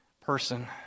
person